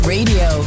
Radio